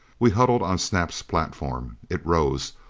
we huddled on snap's platform. it rose,